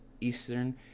Eastern